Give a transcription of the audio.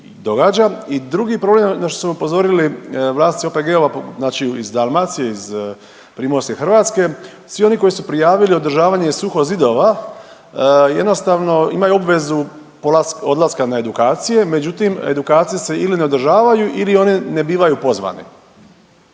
I drugi problem na što su me upozorili vlasnici OPG-ova, znači iz Dalmacije, iz Primorske Hrvatske, svi oni koji su prijavili održavanje suhozidova jednostavno imaju obvezu odlaska na edukacije, međutim edukacije se ili ne održavaju ili oni ne bivaju pozvani.